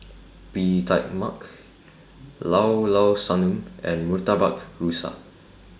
Bee Tai Mak Llao Llao Sanum and Murtabak Rusa